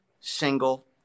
single